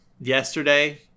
Yesterday